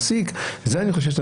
כי המעסיק ביקש.